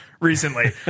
recently